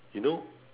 you know